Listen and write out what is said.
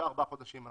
שלושה-ארבעה חודשים.